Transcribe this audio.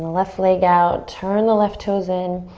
left leg out. turn the left toes in.